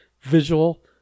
visual